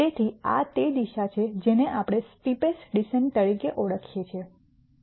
તેથી આ તે દિશા છે જેને આપણે સ્ટીપેસ્ટ ડિસેન્ટ તરીકે ઓળખીએ છીએ